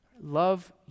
Love